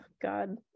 God